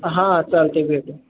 हां चालतं आहे भेटूया